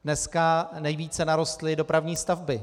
Dneska nejvíce narostly dopravní stavby.